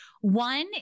One